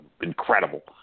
incredible